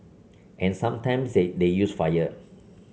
and sometimes they they use fire